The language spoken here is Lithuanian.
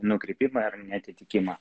nukrypimą ar neatitikimą